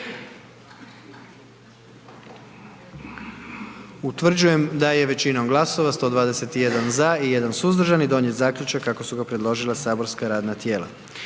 Utvrđujem da je većinom glasova 97 za, 19 suzdržanih donijet zaključak kako je predložilo matično saborsko radno tijelo.